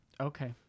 Okay